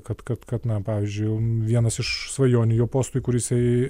kad kad kad na pavyzdžiui vienas iš svajonių jo postui kur jisai